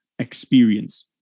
experience